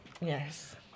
Yes